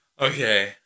Okay